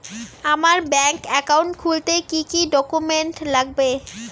আমার bank account খুলতে কি কি ডকুমেন্ট লাগবে?